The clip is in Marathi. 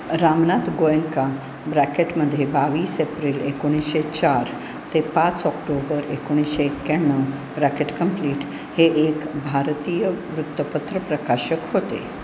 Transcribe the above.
रामनाथ गोएंका ब्रॅकेटमध्ये बावीस एप्रिल एकोणीसशे चार ते पाच ऑक्टोबर एकोणीसशे एक्क्याण्णव ब्रॅकेट कम्प्लीट हे एक भारतीय वृत्तपत्र प्रकाशक होते